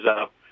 up